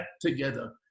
together